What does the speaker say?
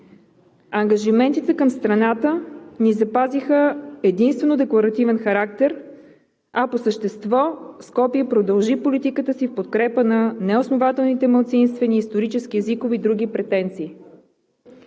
Ангажиментите към страната ни запазиха единствено декларативен характер, а по същество Скопие продължи политиката си в подкрепа на неоснователните малцинствени исторически, езикови и други претенции.